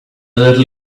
little